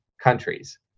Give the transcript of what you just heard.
countries